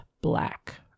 black